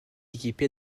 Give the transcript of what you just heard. équipé